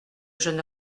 jeune